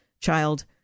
child